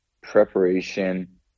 preparation